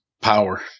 power